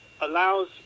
allows